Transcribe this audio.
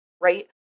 right